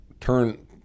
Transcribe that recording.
turn